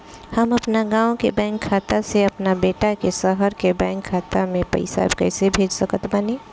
हम अपना गाँव के बैंक खाता से अपना बेटा के शहर के बैंक खाता मे पैसा कैसे भेज सकत बानी?